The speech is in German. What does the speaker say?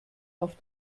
auf